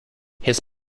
his